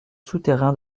souterrain